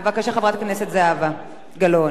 בבקשה, חברת הכנסת זהבה גלאון.